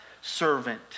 servant